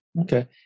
Okay